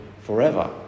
forever